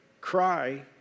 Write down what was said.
cry